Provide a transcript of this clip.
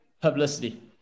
publicity